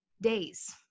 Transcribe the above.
days